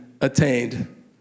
attained